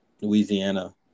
Louisiana